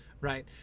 Right